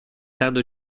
tardo